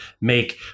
make